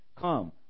Come